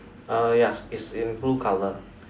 ah yes it's in blue color